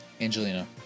Angelina